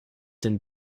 den